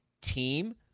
team